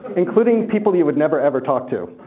including people you would never ever talk to.